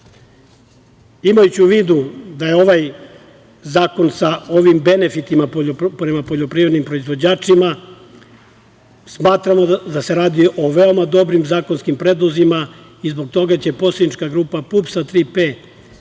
urađeno. Imajući u vidu da je ovaj zakon, sa ovim benefitima prema poljoprivrednim proizvođačima, smatramo da se radi o veoma dobrim zakonskim predlozima, i zbog toga će poslanička grupa PUPS -